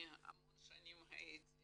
המון שנים הייתי